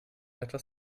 etwas